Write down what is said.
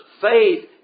faith